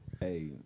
Hey